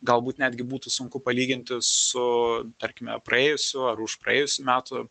galbūt netgi būtų sunku palyginti su tarkime praėjusių ar užpraėjusių metų